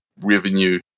revenue